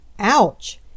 Ouch